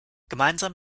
gemeinsam